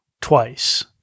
twice